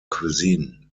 cuisine